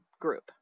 group